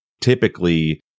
typically